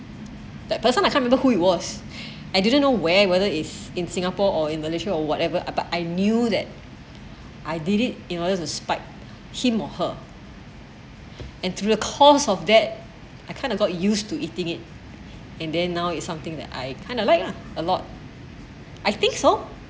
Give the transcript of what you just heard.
that person I can't remember who it was I didn't know where whether if in singapore or in malaysia or whatever but I knew that I did it it order to spike him or her and through a cause of that I kind of got used to eating it and then now it's something that I kind of like lah a lot I think so